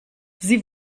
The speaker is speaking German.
sie